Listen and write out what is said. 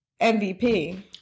MVP